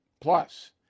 Plus